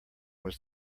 was